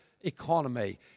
economy